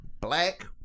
Black